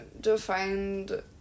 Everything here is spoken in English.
defined